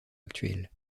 actuel